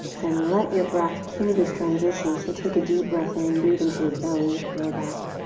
then let your breath cue this transition, so take a deep breath in, breathe into your belly, low back.